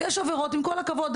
עם כל הכבוד,